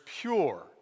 pure